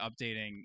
updating